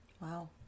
Wow